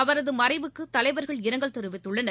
அவரது மறைவுக்கு தலைவர்கள் இரங்கல் தெரிவித்துள்ளனர்